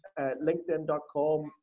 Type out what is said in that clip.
linkedin.com